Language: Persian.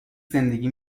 زندگی